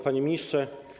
Panie Ministrze!